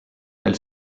elle